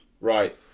right